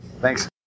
Thanks